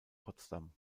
potsdam